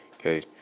okay